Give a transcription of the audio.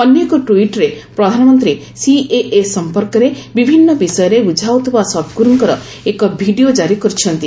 ଅନ୍ୟ ଏକ ଟ୍ୱିଟ୍ରେ ପ୍ରଧାନମନ୍ତ୍ରୀ ସିଏଏ ସମ୍ପର୍କରେ ବିଭିନ୍ନ ବିଷୟରେ ବୁଝାଉଥିବା ସଦ୍ଗୁରୁଙ୍କର ଏକ ଭିଡ଼ିଓ କାରି କରିଛନ୍ତି